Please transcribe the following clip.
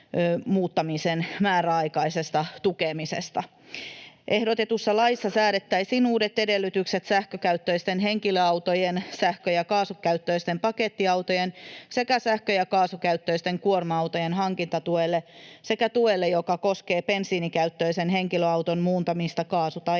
muuttamisen määräaikaisesta tukemisesta. Ehdotetussa laissa säädettäisiin uudet edellytykset sähkökäyttöisten henkilöautojen, sähkö‑ ja kaasukäyttöisten pakettiautojen sekä sähkö‑ ja kaasukäyttöisten kuorma-autojen hankintatuelle sekä tuelle, joka koskee bensiinikäyttöisen henkilöauton muuntamista kaasu‑ tai